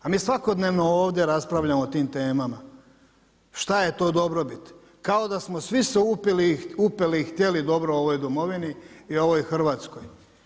A mi svakodnevno ovdje raspravljamo o tim temama, šta je to dobrobit, kao da smo svi se upili i htjeli dobro ovoj Domovini i ovoj Hrvatskoj.